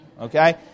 okay